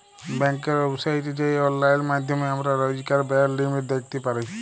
ব্যাংকের ওয়েবসাইটে যাঁয়ে অললাইল মাইধ্যমে আমরা রইজকার ব্যায়ের লিমিট দ্যাইখতে পারি